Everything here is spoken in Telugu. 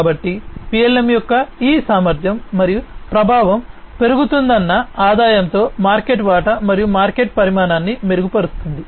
కాబట్టి PLM యొక్క ఈ సామర్థ్యం మరియు ప్రభావం పెరుగుతున్న ఆదాయంతో మార్కెట్ వాటా మరియు మార్కెట్ పరిమాణాన్ని మెరుగుపరుస్తుంది